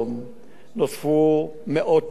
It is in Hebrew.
כבאיות, יש הרבה מאוד דברים